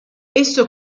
esso